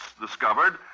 discovered